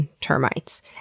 termites